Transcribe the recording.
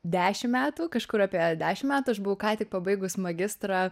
dešim metų kažkur apie dešim metų aš buvau ką tik pabaigus magistrą